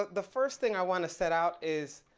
the first thing i wanna set out is,